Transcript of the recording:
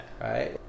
right